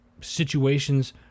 situations